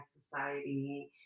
society